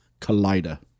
Collider